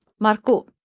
Marco